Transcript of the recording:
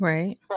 Right